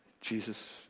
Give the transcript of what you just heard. Jesus